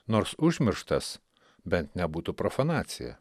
nors užmirštas bent nebūtų profanacija